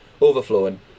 overflowing